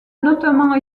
notamment